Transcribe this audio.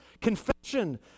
Confession